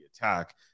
attack